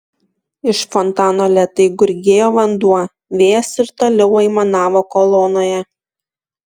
iš fontano lėtai gurgėjo vanduo vėjas ir toliau aimanavo kolonoje